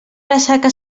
ressaca